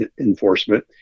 enforcement